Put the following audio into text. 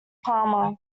palmer